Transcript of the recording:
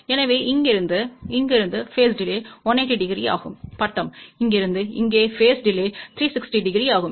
எனவே இங்கிருந்து இங்கிருந்து பேஸ் டிலே 180 டிகிரி ஆகும் பட்டம் இங்கிருந்து இங்கே பேஸ் டிலே 360 டிகிரி ஆகும்